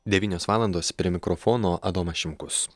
devynios valandos prie mikrofono adomas šimkus